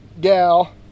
gal